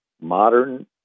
modern